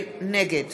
נגד